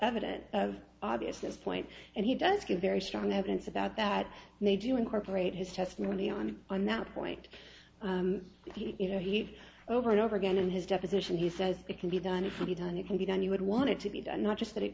evidence obvious this point and he does get very strong evidence about that and they do incorporate his testimony on on that point you know he over and over again in his deposition he says it can be done if you don't you can be done you would want it to be done not just that it